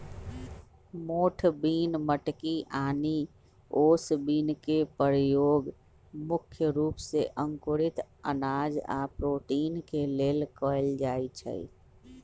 मोठ बिन मटकी आनि ओस बिन के परयोग मुख्य रूप से अंकुरित अनाज आ प्रोटीन के लेल कएल जाई छई